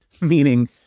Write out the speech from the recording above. meaning